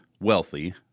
wealthy